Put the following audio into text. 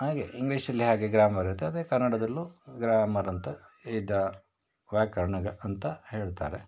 ಹಾಗೇ ಇಂಗ್ಲೀಷಲ್ಲಿ ಹೇಗೆ ಗ್ರಾಮರ್ ಇರುತ್ತೆ ಅದೇ ಕನ್ನಡದಲ್ಲೂ ಗ್ರಾಮರ್ ಅಂತ ಇದೆ ವ್ಯಾಕರಣ ಅಂತ ಹೇಳ್ತಾರೆ